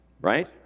Right